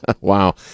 Wow